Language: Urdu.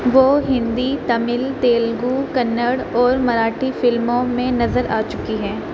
وہ ہندی تمل تیلگو کنڑ اور مراٹھی فلموں میں نظر آ چکی ہیں